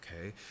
Okay